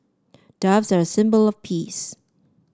doves are a symbol of peace